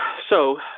so.